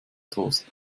trost